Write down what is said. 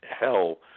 hell